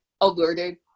alerted